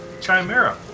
chimera